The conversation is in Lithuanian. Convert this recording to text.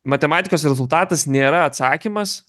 matematikos rezultatas nėra atsakymas